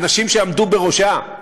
האנשים שעמדו בראשה,